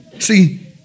See